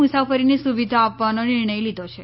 મુસાફરીની સુવિધા આપવાનો નિર્ણય લીધો છે